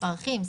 מספר אחים,